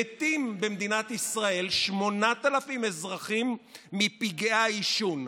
מתים במדינת ישראל 8,000 אזרחים מפגעי העישון,